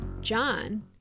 John